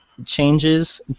changes